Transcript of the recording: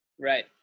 Right